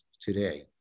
today